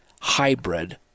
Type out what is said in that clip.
hybrid